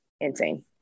insane